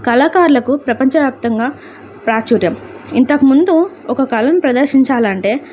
కళాకారులకు ప్రపంచవ్యాప్తంగా ప్రాచుర్యం ఇంతకుముందు ఒక కళను ప్రదర్శించాలంటే